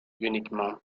uniquement